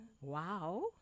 Wow